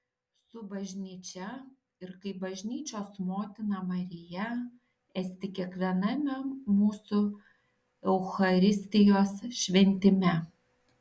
su bažnyčia ir kaip bažnyčios motina marija esti kiekviename mūsų eucharistijos šventime